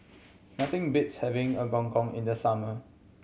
nothing beats having a Gong Gong in the summer